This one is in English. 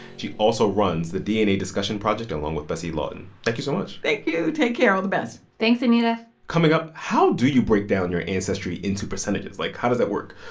she also runs the dna discussion project project along with bessie lawton. thank you so much thank you. take care. all the best thanks, anita coming up how do you break down your ancestry into percentages? like, how does that work?